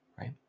right